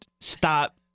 stop